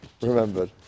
remembered